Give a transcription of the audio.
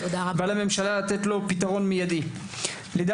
ומהממשלה לפעול במיידי על מנת להוביל את גני הילדים לפתרון המשבר.